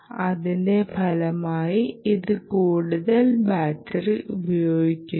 അതിൻ്റെ ഫലമായി ഇത് കൂടുതൽ ബാറ്ററി ഉപയോഗിക്കുന്നു